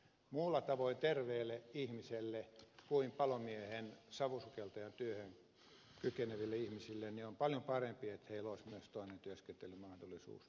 muulla tavoin terveille ihmisille kuin palomiehen savusukeltajan työhön kykeneville ihmisille on paljon parempi että heillä olisi myös toinen työskentelymahdollisuus